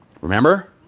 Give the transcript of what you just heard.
Remember